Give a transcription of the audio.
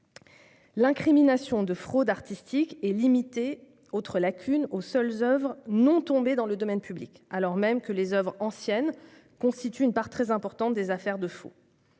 l'incrimination de fraude artistique est limitée aux seules oeuvres « non tombées dans le domaine public », alors même que les oeuvres anciennes suscitent une part très importante des affaires de faux.